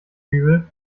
dübel